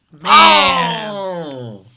Man